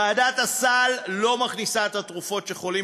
ועדת הסל לא מכניסה את התרופות שחולים